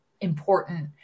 important